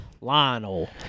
Lionel